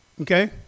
okay